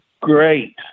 great